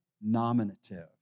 nominative